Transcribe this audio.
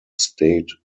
state